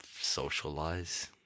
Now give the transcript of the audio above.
socialize